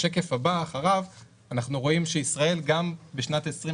בשקף הבא אחריו אנחנו רואים שישראל גם בשנת 2020